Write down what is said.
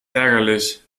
ärgerlich